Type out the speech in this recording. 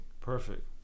perfect